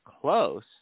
close